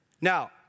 Now